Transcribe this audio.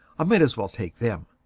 i may as well take them.